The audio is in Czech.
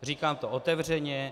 Říkám to otevřeně.